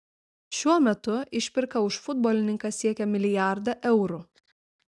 šiuo metu išpirka už futbolininką siekia milijardą eurų